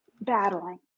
battling